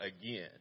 again